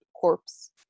corpse